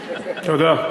תודה.